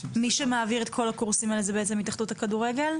מי שמעביר את כל הקורסים האלה זה ההתאחדות לכדורגל?